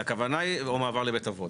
או מעבר לבית אבות.